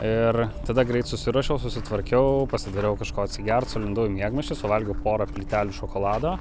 ir tada greit susiruošiau susitvarkiau pasidariau kažko atsigert sulindau į miegmaišį suvalgiau porą plytelių šokolado